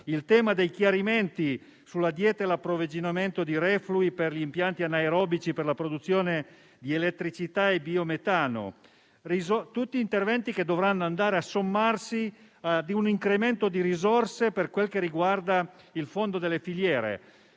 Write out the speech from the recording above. il tema dei chiarimenti sulla dieta e l'approvvigionamento di reflui per gli impianti anaerobici per la produzione di elettricità e biometano. Sono tutti interventi che dovranno andare a sommarsi a un incremento di risorse per quel che riguarda il fondo delle filiere.